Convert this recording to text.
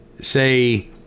say